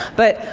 but,